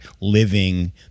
living